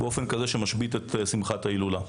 באופן כזה שמשבית את שמחת ההילולה.